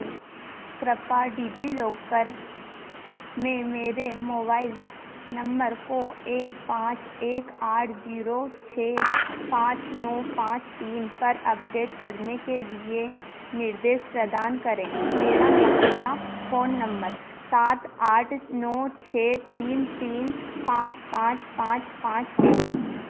कृपया डिजिलॉकर में मेरे मोबाइल नम्बर को एक पाँच एक आठ जीरो छः पाँच नौ पाँच तीन पर अपडेट करने के लिए निर्देश प्रदान करें मेरा मौजूदा फ़ोन नम्बर सात आठ नौ छः तीन तीन पाँच पाँच पाँच पाँच है